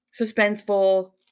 suspenseful